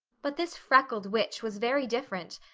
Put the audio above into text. but this freckled witch was very different,